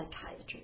psychiatry